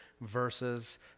verses